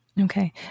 Okay